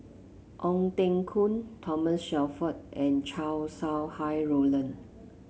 Ong Teng Koon Thomas Shelford and Chow Sau Hai Roland